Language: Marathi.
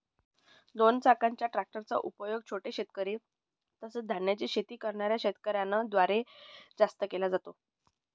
दोन चाकाच्या ट्रॅक्टर चा उपयोग छोटे शेतकरी, तसेच धान्याची शेती करणाऱ्या शेतकऱ्यांन द्वारे जास्त केला जातो